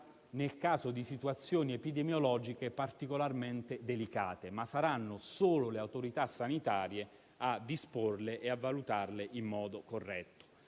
Ancora sulle scuole, permettetemi di ricordare che in queste settimane è stato definito un investimento diretto senza precedenti